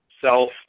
self